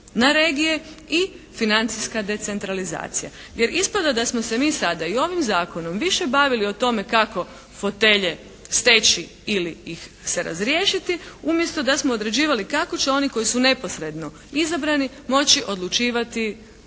na regija i financijska decentralizacija. Jer ispada da smo se mi sa i ovim zakonom više bavili o tome kako fotelje steći ili ih se razriješiti umjesto da smo određivali kako će oni koji su neposredno izabrani moći odlučivati o